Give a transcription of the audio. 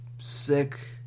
sick